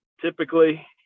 typically